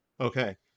Okay